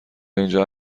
اینجا